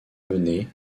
menés